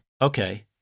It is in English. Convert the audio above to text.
Okay